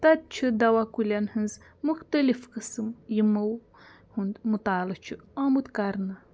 تَتہِ چھُ دوا کُلٮ۪ن ہٕنٛز مُختلِف قٕسٕم یِمو ہُنٛد مُطالہٕ چھُ آمُت کرنہٕ